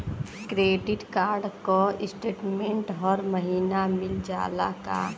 Credit card क statement हर महिना मिल जाला का?